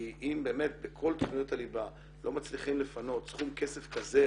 כי אם באמת בכל תכניות הליבה לא מצליחים לפנות סכום כסף כזה